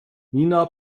nina